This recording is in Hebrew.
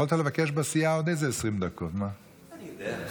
אני יודע?